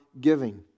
giving